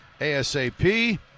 ASAP